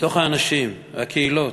מתוך האנשים, הקהילות,